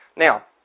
Now